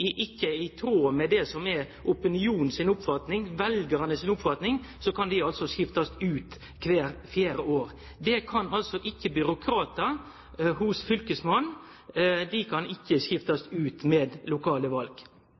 tråd med det som er opinionen – veljarane – si oppfatning, kan dei altså skiftast ut kvart fjerde år. Det kan ikkje byråkratar hos fylkesmannen. Dei kan ikkje skiftast ut ved lokale